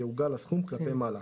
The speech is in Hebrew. יעוגל הסכום כלפי מעלה.